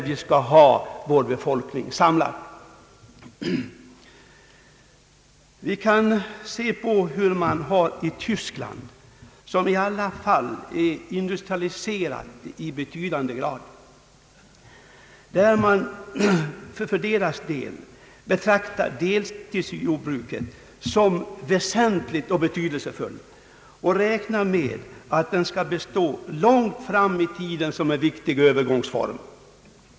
Vi kan jämföra med hur man har det i Tyskland, som dock är ett i hög grad industrialiserat land. Där betraktar man deltidsjordbruket som mycket betydelsefullt och räknar med att det kommer att bestå under lång tid som en viktig övergångsform.